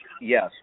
yes